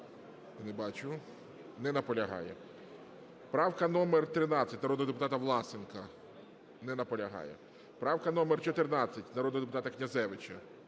Не наполягає. Правка номер 13, народного депутата Власенка. Не наполягає. Правка номер 14, народного депутата Князевича.